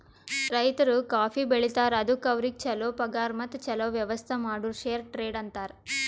ರೈತರು ಕಾಫಿ ಬೆಳಿತಾರ್ ಅದುಕ್ ಅವ್ರಿಗ ಛಲೋ ಪಗಾರ್ ಮತ್ತ ಛಲೋ ವ್ಯವಸ್ಥ ಮಾಡುರ್ ಫೇರ್ ಟ್ರೇಡ್ ಅಂತಾರ್